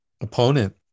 Opponent